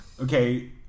Okay